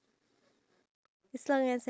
okay sure